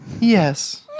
Yes